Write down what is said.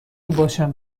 باشم